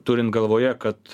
turint galvoje kad